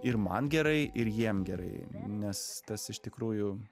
ir man gerai ir jiem gerai nes tas iš tikrųjų